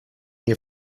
nie